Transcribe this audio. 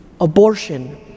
abortion